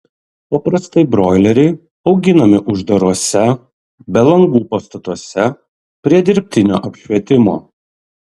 paprastai broileriai auginami uždaruose be langų pastatuose prie dirbtinio apšvietimo